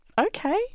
okay